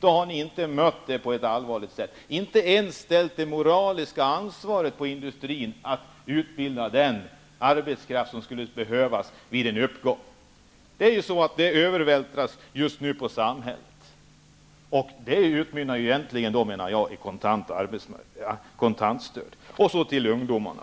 Det har ni inte bemött på ett seriöst sätt. Ni har inte ens lagt det moraliska ansvaret på industrin att utbilda den arbetskraft som behövs vid en konjunkturuppgång. Det vältras just nu över på samhället, vilket, menar jag, utmynnar i kontantstöd. När det gäller frågan om ungdomen